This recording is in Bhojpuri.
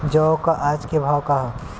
जौ क आज के भाव का ह?